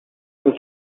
and